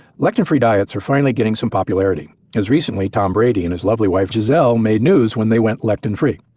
lectin free diets are finally getting some popularity. as recently tom brady and his lovely wife giselle made news when they went lectin free.